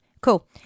Cool